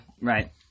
Right